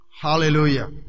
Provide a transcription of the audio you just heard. Hallelujah